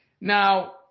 Now